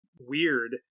weird